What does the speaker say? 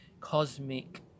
cosmic